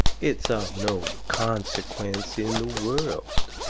it's of no consequence in the world.